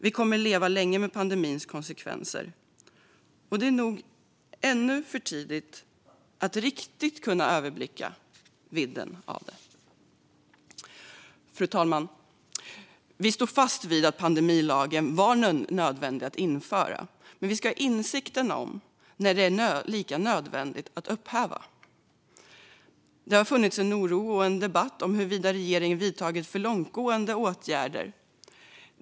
Vi kommer att leva länge med pandemins konsekvenser, men det är nog ännu för tidigt att riktigt överblicka dem. Fru talman! Vi står fast vid att pandemilagen var nödvändig att införa, men vi ska visa insikt om när det är lika nödvändigt att upphäva lagen. Det har funnits en oro och debatt om huruvida regeringen har vidtagit för långtgående åtgärder.